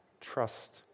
Trust